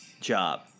job